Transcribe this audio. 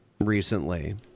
recently